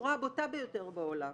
בצורה הבוטה ביותר בעולם,